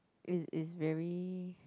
it's it's very